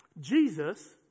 jesus